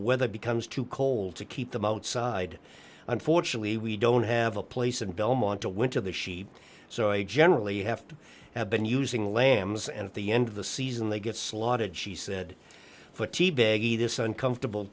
weather becomes too cold to keep them outside unfortunately we don't have a place in belmont to winter the sheep so i generally have to have been using lambs and at the end of the season they get slaughtered she said for this uncomfortable